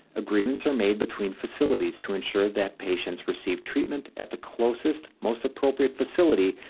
agreements are made between facilities to ensure that patients receive treatment at the closest, most appropriate facility,